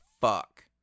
fuck